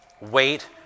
Wait